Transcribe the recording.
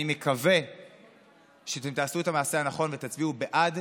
אני מקווה שאתם תעשו את המעשה הנכון ותצביעו בעד